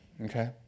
Okay